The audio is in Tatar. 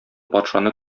патшаны